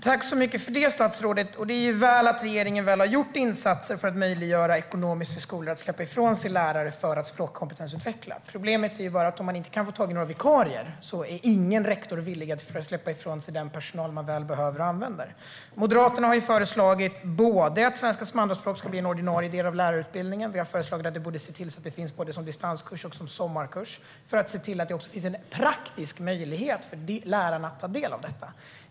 Herr talman! Tack för det, statsrådet! Det är väl att regeringen har gjort insatser för att göra det ekonomiskt möjligt för skolor att släppa ifrån sig lärare så att de ska kunna språkkompetensutveckla. Problemet är bara att ingen rektor är villig att släppa ifrån sig den personal som man väl behöver och använder om man inte kan få tag i några vikarier. Moderaterna har föreslagit att svenska som andraspråk ska bli en ordinarie del av lärarutbildningen. Vi har också föreslagit att man borde se till att utbildningen ska finnas både som distanskurs och som sommarkurs, för att det ska finnas en praktisk möjlighet för lärarna att ta del av detta.